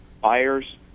buyers